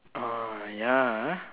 uh ya